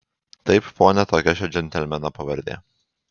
taip pone tokia šio džentelmeno pavardė